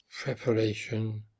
preparation